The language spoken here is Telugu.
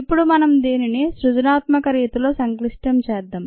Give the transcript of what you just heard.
ఇప్పుడు మనం దీనిని సృజనాత్మకరీతిలో సంక్లిష్టం చేద్దాం